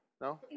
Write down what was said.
no